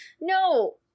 no –